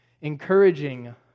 encouraging